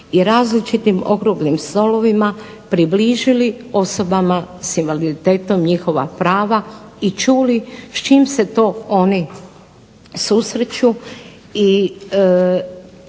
i različitim okruglim stolovima približili osobama s invaliditetom njihova prava i čuli s čim se to oni susreću